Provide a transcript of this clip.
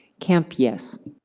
kempe, yes.